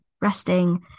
resting